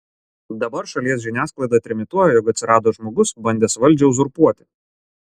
dabar šalies žiniasklaida trimituoja jog atsirado žmogus bandęs valdžią uzurpuoti